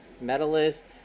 medalist